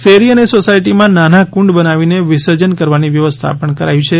શેરી અને સોસાયટી માં નાના કુંડ બનાવી ને વિસર્જન કરવાની વ્યવસ્થા પણ કરાઇ છે